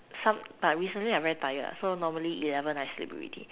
some like recently I very tired ah so normally eleven I sleep already